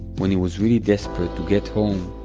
when he was really desperate to get home,